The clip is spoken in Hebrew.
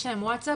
יש להם ווטסאפ,